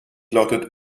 lautet